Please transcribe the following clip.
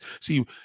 See